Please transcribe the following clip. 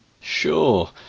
Sure